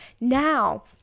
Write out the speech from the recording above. now